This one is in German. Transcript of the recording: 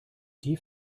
die